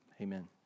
amen